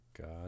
god